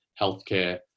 healthcare